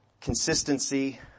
consistency